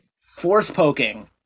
Force-poking